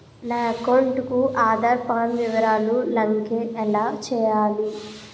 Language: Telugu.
నా అకౌంట్ కు ఆధార్, పాన్ వివరాలు లంకె ఎలా చేయాలి?